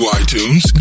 itunes